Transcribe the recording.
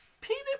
Peanut